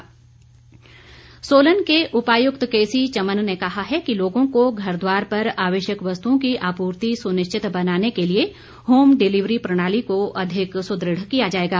के सी चमन सोलन के उपायुक्त केसी चमन ने कहा है कि लोगों को घर द्वार पर आवश्यक वस्तुओं की आपूर्ति सुनिश्चित बनाने के लिए होम डिलीवरी प्रणाली को अधिक सुद्रढ़ किया जाएगा